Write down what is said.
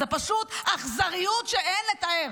זו פשוט אכזריות שאין לתאר.